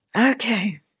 Okay